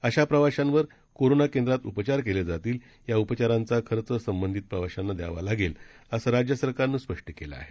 अशा प्रवाशांवर कोरोना केंद्रात उपचार केले जातील या उपचारांचा खर्च संबंधित प्रवाशांना द्यावी लागेल असं राज्य सरकारनं स्पष्ट केलं आहे